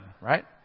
right